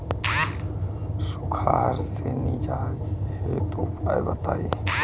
सुखार से निजात हेतु उपाय बताई?